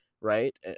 right